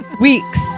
weeks